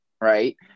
right